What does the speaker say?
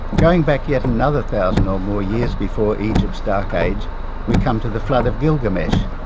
going back yet another thousand or more years before egypt's dark age we come to the flood of gilgamesh,